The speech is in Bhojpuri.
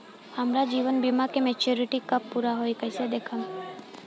हमार जीवन बीमा के मेचीयोरिटी कब पूरा होई कईसे देखम्?